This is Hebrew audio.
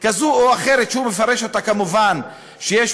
כזאת או אחרת שהוא מפרש אותה כמובן שיש